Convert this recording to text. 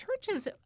Churches